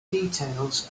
details